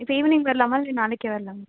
இப்போ ஈவினிங் வரலாமா இல்லை நாளைக்கே வரலாமா